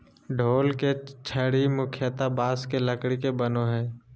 ढोल के छड़ी मुख्यतः बाँस के लकड़ी के बनो हइ